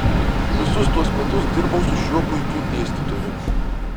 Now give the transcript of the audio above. visus tuos metus dirbau su šiuo puikiu dėstytoju